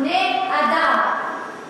בני-אדם.